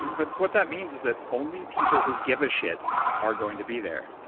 but what that means is that only people who give a shit are going to be there.